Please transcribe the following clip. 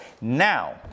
Now